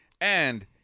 and-